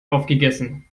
aufgegessen